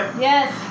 Yes